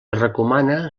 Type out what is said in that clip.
recomana